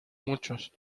muchos